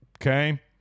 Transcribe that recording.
okay